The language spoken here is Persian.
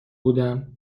بودم